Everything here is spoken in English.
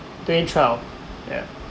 day twelve yeah